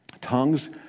Tongues